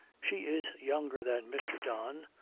she is younger than mr. don,